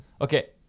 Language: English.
okay